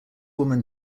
woman